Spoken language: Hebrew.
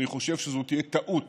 אני חושב שזאת תהיה טעות